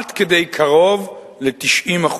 עד כדי קרוב ל-90%.